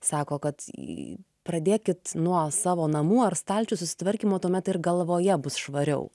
sako kad į pradėkit nuo savo namų ar stalčių susitvarkymo tuomet ir galvoje bus švariau